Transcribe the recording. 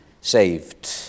saved